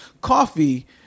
Coffee